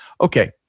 Okay